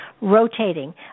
rotating